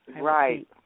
Right